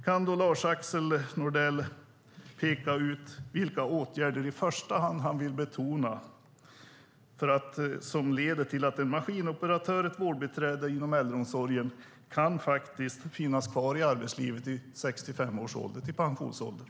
Kan då Lars-Axel Nordell peka ut vilka åtgärder som han vill betona i första hand som leder till att en maskinoperatör eller ett vårdbiträde inom äldreomsorgen faktiskt kan finnas kvar i arbetslivet till 65 års ålder, till pensionsåldern?